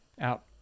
Out